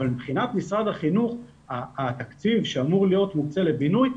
אבל מבחינת משרד החינוך התקציב שאמור להיות מוקצה לבינוי,